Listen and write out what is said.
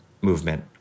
movement